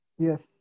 Yes